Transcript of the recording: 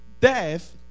death